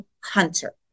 hunter